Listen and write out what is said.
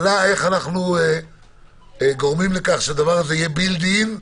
איך אנחנו גורמים לכך שזה יהיה בילד אין,